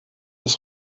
des